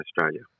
Australia